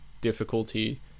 difficulty